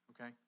okay